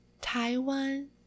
Taiwan